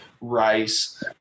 rice